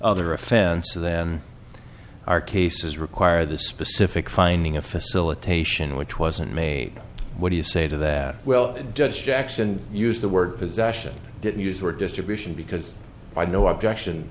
other offense then our cases require the specific finding a facilitation which wasn't made what do you say to that well judge jackson used the word possession didn't use or distribution because by no objection